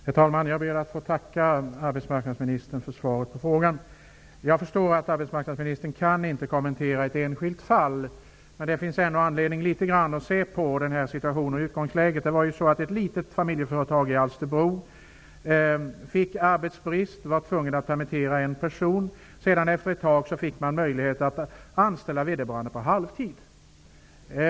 Herr talman! Jag ber att få tacka arbetsmarknadsministern för svaret på frågan. Jag förstår att arbetsmarknadsministern inte kan kommentera ett enskilt fall, men det finns ändå anledning att se på situationen och utgångsläget. Ett litet familjeföretag i Alsterbro fick arbetsbrist och var tvunget att permittera en person. Efter ett tag fick man möjlighet att anställa vederbörande på halvtid.